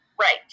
Right